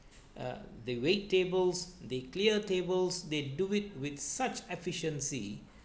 uh they wait tables they clear tables they do it with such efficiency